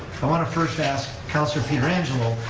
i want to first ask councilor pietrangelo,